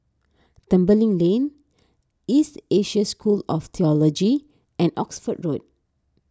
Tembeling Lane East Asia School of theology and Oxford Road